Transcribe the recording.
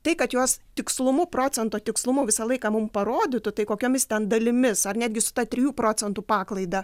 tai kad jos tikslumu procento tikslumu visą laiką mum parodytų tai kokiomis ten dalimis ar netgi su ta trijų procentų paklaida